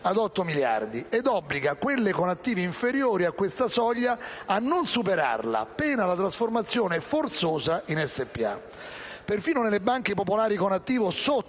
otto miliardi ed obbliga quelle con attivi inferiori a questa soglia a non superarla, pena la trasformazione forzosa in SpA. Perfino nelle banche popolari con attivo sotto